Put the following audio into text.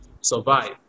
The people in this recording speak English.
survive